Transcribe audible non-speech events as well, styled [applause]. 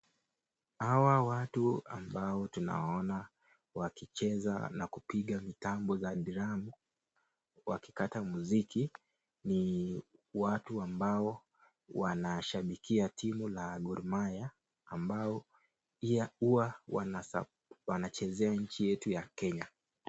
Hawa watu ambao tunawaona wakicheza na kupiga mitambo ya [noise] wakikataa mziki ni watu ambao wanashabikia timu la Gor Mahia ambayo pia huwa wanachezea nchi yetu ya Kenya.